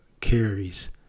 carries